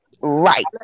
Right